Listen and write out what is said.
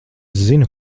zinu